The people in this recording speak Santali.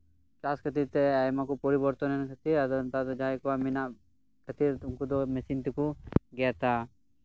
ᱪᱟᱥ ᱠᱷᱟᱛᱚᱹᱤᱨ ᱛᱮ ᱟᱭᱢᱟ ᱠᱚ ᱯᱚᱨᱤᱵᱚᱨᱛᱚᱱᱮᱱ ᱠᱷᱟᱹᱛᱤᱨ ᱟᱫᱚ ᱡᱟᱦᱟᱸᱭ ᱠᱚᱣᱟᱜ ᱢᱮᱱᱟᱜ ᱠᱷᱟᱹᱛᱤᱨ ᱩᱱᱠᱩ ᱫᱚ ᱢᱮᱥᱤᱱ ᱛᱮᱠᱚ ᱜᱮᱫᱼᱟ